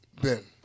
Ben